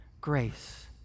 Grace